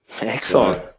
Excellent